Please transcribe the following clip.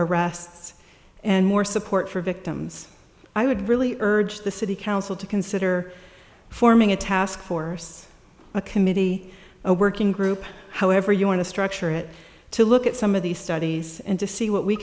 arrests and more support for victims i would really urge the city council to consider forming a task force a committee a working group however you want to structure it to look at some of these studies and to see what we